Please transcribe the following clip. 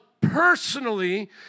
personally